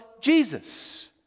Jesus